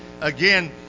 again